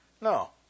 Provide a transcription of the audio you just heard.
No